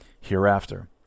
hereafter